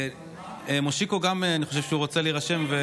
גם מושיקו, אני חושב, רוצה להירשם.